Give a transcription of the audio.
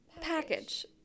package